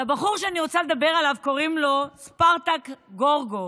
לבחור שאני רוצה לדבר עליו קוראים ספרטק גורבוב,